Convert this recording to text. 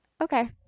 Okay